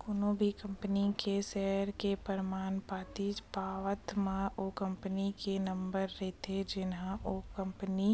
कोनो भी कंपनी के सेयर के परमान पातीच पावत म ओ कंपनी के नंबर रहिथे जेनहा ओ कंपनी